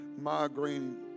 migraine